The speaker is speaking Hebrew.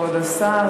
כבוד השר,